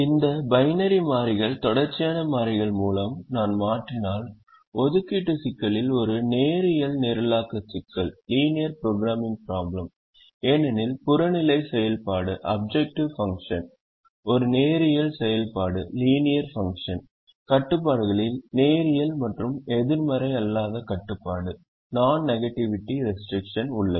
இந்த பைனரி மாறிகள் தொடர்ச்சியான மாறிகள் மூலம் நான் மாற்றினால் ஒதுக்கீட்டு சிக்கல் ஒரு நேரியல் நிரலாக்க சிக்கல் ஏனெனில் புறநிலை செயல்பாடு ஒரு நேரியல் செயல்பாடு கட்டுப்பாடுகளில் நேரியல் மற்றும் எதிர்மறை அல்லாத கட்டுப்பாடு உள்ளது